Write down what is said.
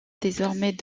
désormais